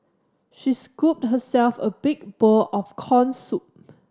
she scooped herself a big bowl of corn soup